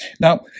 Now